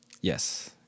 Yes